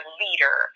leader